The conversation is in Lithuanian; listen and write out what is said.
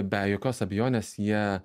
be jokios abejonės jie